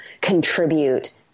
contribute